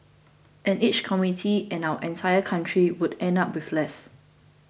and each community and our entire country would end up with less